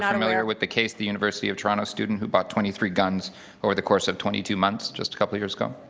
familiar with the case the university of toronto student who bought twenty three guns over the course of twenty two months just a couple years ago.